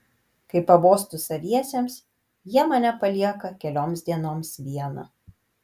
kai pabostu saviesiems jie mane palieka kelioms dienoms vieną